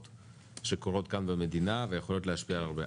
שקורות כאן במדינה ויכולות להשפיע הרבה.